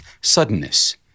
suddenness